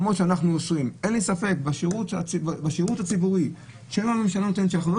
אין לי ספק שבשירות שהממשלה נותנת אנחנו לא